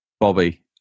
Bobby